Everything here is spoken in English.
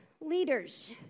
leaders